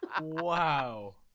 Wow